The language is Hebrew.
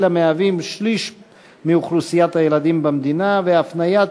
שהם שליש מאוכלוסיית הילדים במדינה, והפניית